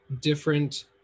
different